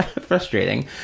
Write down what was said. frustrating